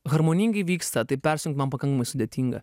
harmoningai vyksta tai persijungt man pakankamai sudėtinga